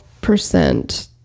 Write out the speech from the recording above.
percent